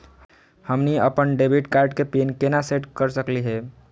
हमनी अपन debit card के पीन केना सेट कर सकली हे?